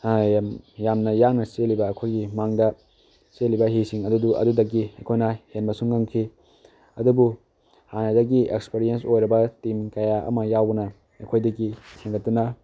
ꯌꯥꯝꯅ ꯌꯥꯡꯅ ꯆꯦꯜꯂꯤꯕ ꯑꯩꯈꯣꯏꯒꯤ ꯃꯥꯡꯗ ꯆꯦꯜꯂꯤꯕ ꯍꯤꯁꯤꯡ ꯑꯗꯨꯗꯒꯤ ꯑꯩꯈꯣꯏꯅ ꯍꯦꯟꯕꯁꯨ ꯉꯝꯈꯤ ꯑꯗꯨꯕꯨ ꯍꯥꯟꯅꯗꯒꯤ ꯑꯦꯛꯁꯄꯔꯤꯌꯦꯟ ꯑꯣꯏꯔꯕ ꯇꯤꯝ ꯀꯌꯥ ꯑꯃ ꯌꯥꯎꯕꯅ ꯑꯩꯈꯣꯏꯗꯒꯤ ꯍꯦꯟꯒꯠꯇꯨꯅ